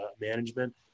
management